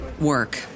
work